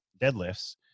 deadlifts